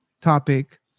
topic